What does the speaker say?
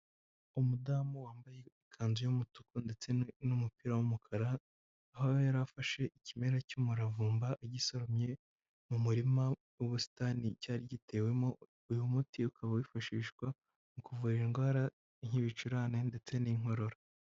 Umudamu wambaye ikanzu y'umutuku ndetse n'umupira w'umukara, aho yari afashe ikimera cy'umuravumba agisoromye mu murima w'ubusitani cyari gitewemo, uyu muti ukaba wifashishwa mu kuvura indwara y'ibicurane ndetse n'inkorora.